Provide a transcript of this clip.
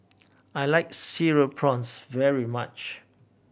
I like Cereal Prawns very much